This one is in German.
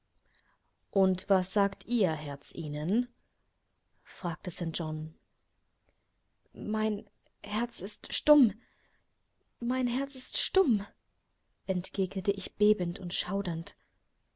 und was sagt ihr herz ihnen fragte st john mein herz ist stumm mein herz ist stumm entgegnete ich bebend und schaudernd